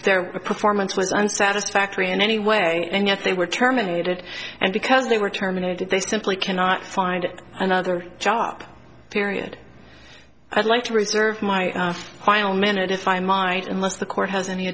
the performance was and satisfactory in any way and yet they were terminated and because they were terminated they simply cannot find another job period i'd like to reserve my final minute if i might unless the court has any